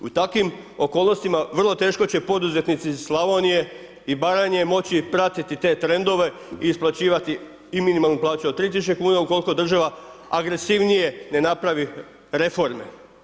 U takvim okolnostima vrlo teško će poduzetnici iz Slavonije i Baranje moći pratiti te trendove i isplaćivati i minimalnu plaću od 3000 kuna ukoliko država agresivnije ne napravi reforme.